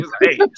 Hey